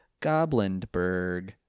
Goblinberg